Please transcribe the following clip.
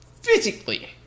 physically